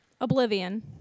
Oblivion